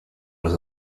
was